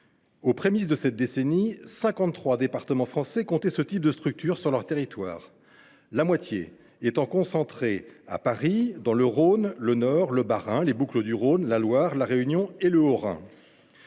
Aux prémices de cette décennie, cinquante trois départements français comptaient ce type de structure sur leur territoire, la moitié d’entre elles étant concentrées à Paris, dans le Rhône, le Nord, le Bas Rhin, les Bouches du Rhône, la Loire, La Réunion et le Haut Rhin.